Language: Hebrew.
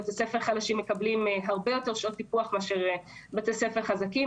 בתי ספר חלשים מקבלים הרבה יותר שעות טיפוח מאשר בתי ספר חזקים.